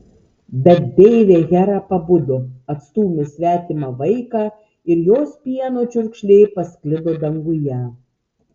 bet deivė hera pabudo atstūmė svetimą vaiką ir jos pieno čiurkšlė pasklido danguje